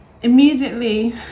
Immediately